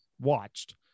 watched